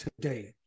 today